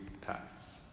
paths